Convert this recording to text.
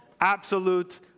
absolute